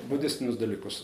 budistinius dalykus